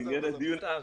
בעניין